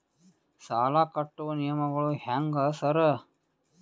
ಸಾಲ ಕಟ್ಟುವ ನಿಯಮಗಳು ಹ್ಯಾಂಗ್ ಸಾರ್?